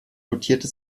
notierte